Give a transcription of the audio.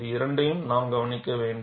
இந்த இரண்டையும் நாம் கவணிக்க வேண்டும்